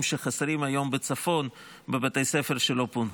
שחסרים היום בצפון בבתי ספר שלא פונו.